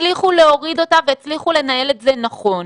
הצליחו להוריד אותה והצליחו לנהל את זה נכון.